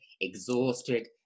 exhausted